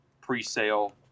pre-sale